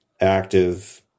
active